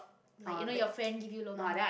like you know your friend give you lobang